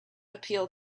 appeal